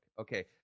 Okay